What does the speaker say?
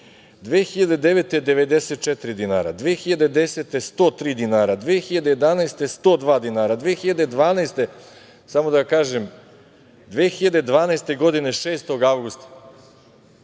2009. je 94 dinara, 2010. je 103 dinara, 2011. je 102 dinara, 2012. godine 6. avgusta,